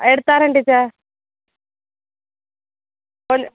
எடுத்தாரேன் teacher கொஞ்சம்